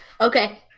Okay